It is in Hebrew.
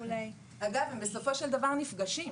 אגב, בסופו של דבר הם נפגשים.